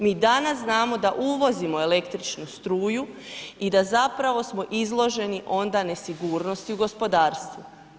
Mi danas znamo da uvozimo električnu struju i da zapravo smo izloženi onda nesigurnosti u gospodarstvu.